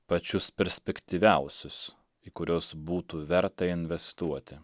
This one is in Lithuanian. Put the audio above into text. pačius perspektyviausius į kuriuos būtų verta investuoti